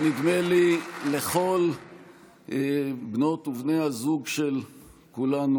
ונדמה לי שלכל בנות ובני הזוג של כולנו,